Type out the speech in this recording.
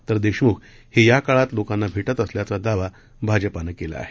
तर देशमुख हे या काळात लोकांना भे नि असल्याचा दावा भाजपानं केला आहे